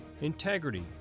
Integrity